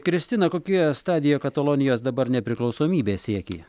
kristina kokioje stadijoj katalonijos dabar nepriklausomybės siekiai